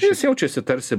jis jaučiasi tarsi